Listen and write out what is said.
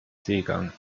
seegang